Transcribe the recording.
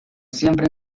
siempre